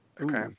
Okay